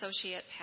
Associate